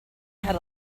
had